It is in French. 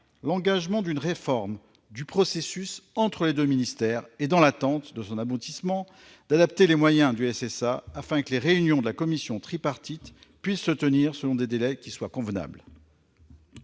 d'engager une réforme du processus entre les deux ministères et, dans l'attente de son aboutissement, d'adapter les moyens du SSA afin que les réunions de la commission tripartite puissent se tenir selon des délais qui soient convenables